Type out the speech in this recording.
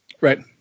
Right